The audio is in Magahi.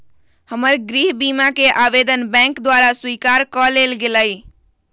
हमर गृह बीमा कें आवेदन बैंक द्वारा स्वीकार कऽ लेल गेलय